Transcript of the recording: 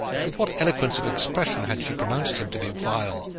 with what eloquence of expression had she pronounced him to be vile,